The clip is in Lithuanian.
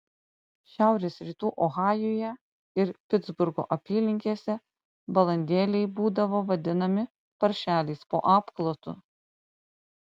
šiaurės rytų ohajuje ir pitsburgo apylinkėse balandėliai būdavo vadinami paršeliais po apklotu